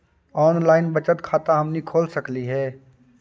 Online बचत खाता हमनी खोल सकली हे?